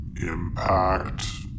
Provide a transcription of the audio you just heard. impact